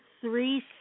three